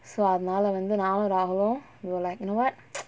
so அதனால வந்து நானு:athanaala vanthu naanu ragul uh know like know what